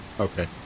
Okay